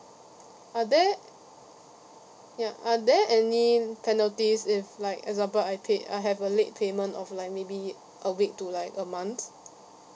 are there ya are there any penalties if like example I pay I have a late payment of like maybe a week to like a month